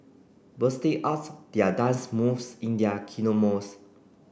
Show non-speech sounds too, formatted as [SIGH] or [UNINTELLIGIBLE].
busting out their dance moves in their [UNINTELLIGIBLE]